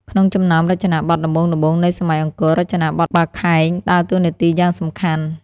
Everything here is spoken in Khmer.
ក្នុងចំណោមរចនាបថដំបូងៗនៃសម័យអង្គរ រចនាបថ បាខែង ដើរតួនាទីយ៉ាងសំខាន់។